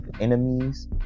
enemies